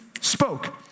spoke